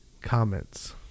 comments